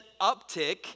uptick